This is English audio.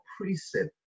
precept